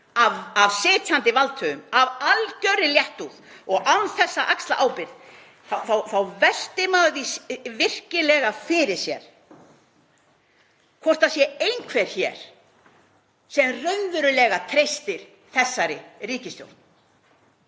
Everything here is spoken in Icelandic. af sitjandi valdhöfum, af algerri léttúð og án þess að axla ábyrgð, og maður veltir því virkilega fyrir sér hvort það sé einhver hér sem raunverulega treystir þessari ríkisstjórn